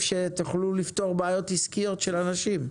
שתוכלו לפתור בעיות עסקיות של אנשים,